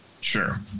Sure